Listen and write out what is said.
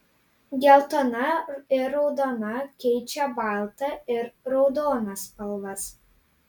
geltona ir raudona keičia baltą ir raudoną spalvas